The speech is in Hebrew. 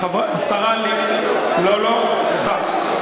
השרה לבני, לא, לא, סליחה.